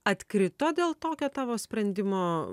atkrito dėl tokio tavo sprendimo